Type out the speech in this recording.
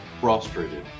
frustrated